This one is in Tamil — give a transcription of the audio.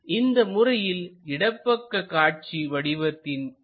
இந்த முறையில் இடப்பக்க காட்சி வடிவத்தின் இடப்புறத்தில் அமைந்திருக்கும்